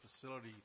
facility